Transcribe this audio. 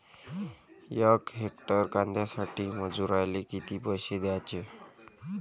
यक हेक्टर कांद्यासाठी मजूराले किती पैसे द्याचे?